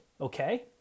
Okay